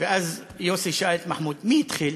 ואז יוסי שאל את מחמוד: מי התחיל?